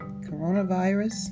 coronavirus